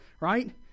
right